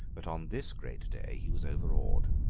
but on this great day he was overawed.